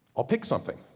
i'll pick something.